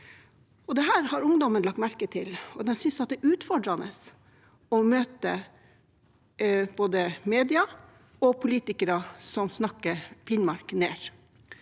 Dette har ungdommen lagt merke til, og de synes det er utfordrende å møte både media og politikere som snakker Finnmark ned.